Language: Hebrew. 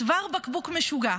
צוואר בקבוק משוגע.